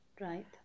Right